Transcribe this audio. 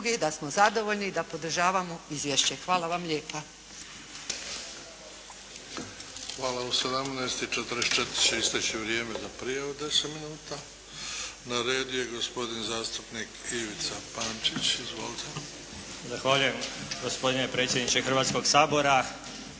da smo zadovoljni i da podržavamo izvješće. Hvala vam lijepa. **Bebić, Luka (HDZ)** Hvala. U 17 i 44 će isteći vrijeme za prijavu od 10 minuta. Na redu je gospodin zastupnik Ivica Pančić. Izvolite. **Pančić, Ivica (SDP)** Zahvaljujem gospodine predsjedniče Hrvatskog sabora.